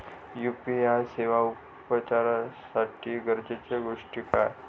UPI सेवा वापराच्यासाठी गरजेचे गोष्टी काय?